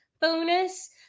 bonus